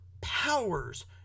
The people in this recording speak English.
powers